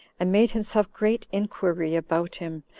and made himself great inquiry about him,